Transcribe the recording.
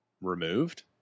removed